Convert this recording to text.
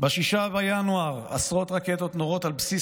ב-6 בינואר עשרות רקטות נורות על בסיס